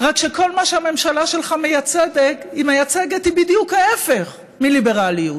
רק שכל מה שהממשלה שלך מייצגת הוא בדיוק ההיפך מליברליות.